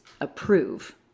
approve